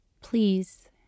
Please